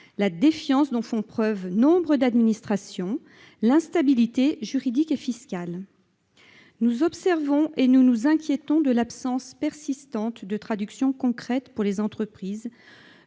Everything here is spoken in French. la défiance dont font preuve nombre d'administrations, l'instabilité juridique et fiscale ... Nous observons et nous nous inquiétons de l'absence persistante de traduction concrète, pour les entreprises,